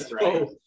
right